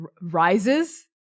rises